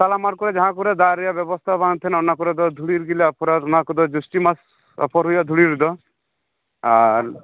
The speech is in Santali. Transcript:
ᱛᱟᱞᱟ ᱢᱟᱴᱷ ᱠᱚᱨᱮ ᱡᱟᱦᱟᱸ ᱠᱚᱨᱮ ᱫᱟᱜ ᱨᱮᱭᱟᱜ ᱵᱮᱵᱚᱥᱛᱷᱟ ᱵᱟᱝ ᱛᱟᱦᱮᱱᱟ ᱚᱱᱟ ᱠᱚᱨᱮ ᱫᱚ ᱫᱷᱩᱲᱤ ᱨᱮᱜᱮ ᱞᱮ ᱟᱯᱷᱨᱟ ᱚᱱᱟ ᱠᱚᱫᱚ ᱡᱩᱥᱴᱤ ᱢᱟᱥ ᱟᱯᱷᱚᱨ ᱦᱩᱭᱩᱜᱼᱟ ᱫᱷᱩᱲᱤ ᱨᱮᱫᱚ ᱟᱨ